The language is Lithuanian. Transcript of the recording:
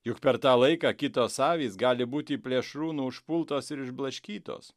juk per tą laiką kitos avys gali būti plėšrūnų užpultos ir išblaškytos